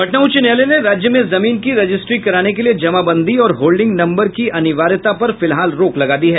पटना उच्च न्यायालय ने राज्य में जमीन की रजिस्ट्री कराने के लिए जमाबंदी और होल्डिंग नम्बर की अनिवार्यता पर फिलहाल रोक लगा दी है